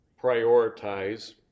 prioritize